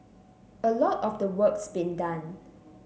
a lot of the work's been done